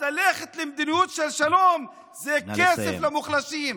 ללכת למדיניות של שלום זה כסף למוחלשים,